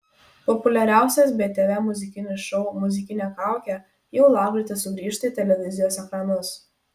populiariausias btv muzikinis šou muzikinė kaukė jau lapkritį sugrįžta į televizijos ekranus